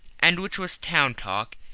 and which was town talk,